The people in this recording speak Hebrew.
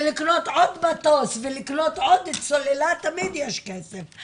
ולקנות עוד מטוס, ולקנות צוללת, תמיד יש כסף.